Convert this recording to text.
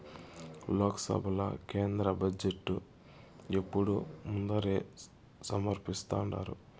లోక్సభల కేంద్ర బడ్జెటు ఎప్పుడూ ముందరే సమర్పిస్థాండారు